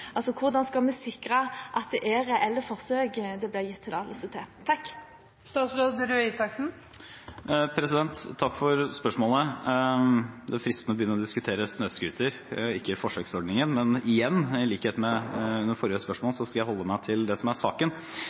Hvordan skal vi sikre at det er reelle forsøk det blir gitt tillatelse til? Takk for spørsmålet. Det er fristende å begynne å diskutere snøscootere og ikke forsøksordningen, men igjen – i likhet med under det forrige spørsmålet – skal jeg holde meg til det som er saken.